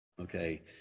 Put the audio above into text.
okay